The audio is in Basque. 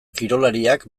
kirolariak